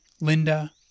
Linda